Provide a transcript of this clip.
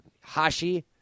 Hashi